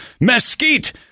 mesquite